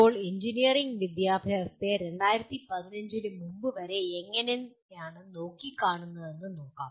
ഇപ്പോൾ എഞ്ചിനീയറിംഗ് വിദ്യാഭ്യാസത്തെ2015 ന് മുമ്പ് വരെ എങ്ങനെയാണ് നോക്കിക്കാണുന്നത് എന്ന് നോക്കാം